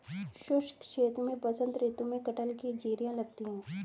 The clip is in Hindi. शुष्क क्षेत्र में बसंत ऋतु में कटहल की जिरीयां लगती है